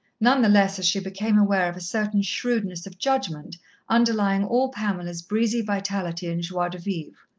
none the less as she became aware of a certain shrewdness of judgment underlying all pamela's breezy vitality and joie de vivre.